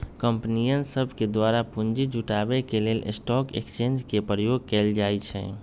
कंपनीय सभके द्वारा पूंजी जुटाबे के लेल स्टॉक एक्सचेंज के प्रयोग कएल जाइ छइ